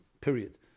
period